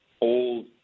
old